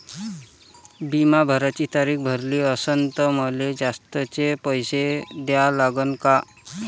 बिमा भराची तारीख भरली असनं त मले जास्तचे पैसे द्या लागन का?